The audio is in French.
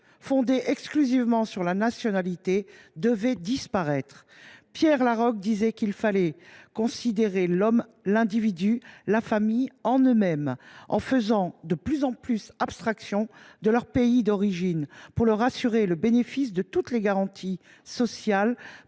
fondée exclusivement sur la nationalité devait disparaître. Pierre Laroque disait qu’il fallait considérer « l’homme, l’individu, la famille en eux mêmes […] en faisant de plus en plus abstraction de leur pays d’origine, pour leur assurer le bénéfice de toutes les garanties sociales